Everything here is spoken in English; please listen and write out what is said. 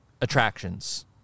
attractions